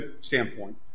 standpoint